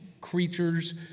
creatures